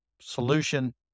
solution